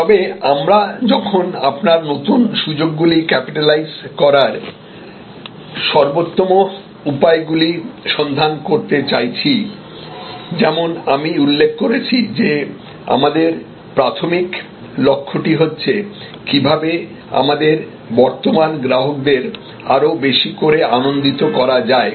তবে আমরা যখন আপনার নতুন সুযোগগুলি ক্যাপিটালাইজ করার সর্বোত্তম উপায়গুলি সন্ধান করতে চাইছি যেমন আমি উল্লেখ করেছি যে আমাদের প্রাথমিক লক্ষ্যটি হচ্ছে কীভাবে আমাদের বর্তমান গ্রাহকদের আরও বেশি করে আনন্দিত করা যায়